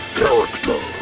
character